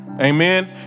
Amen